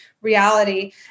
reality